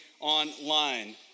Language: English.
online